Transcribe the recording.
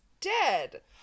dead